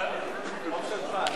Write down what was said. ועדת החוץ והביטחון,